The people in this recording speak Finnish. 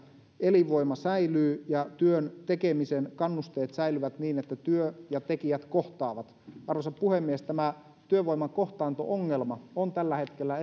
elinvoima säilyy ja työn tekemisen kannusteet säilyvät niin että työ ja tekijät kohtaavat arvoisa puhemies työvoiman kohtaanto ongelma on tällä hetkellä